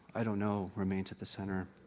i don't know remains at the center.